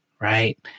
right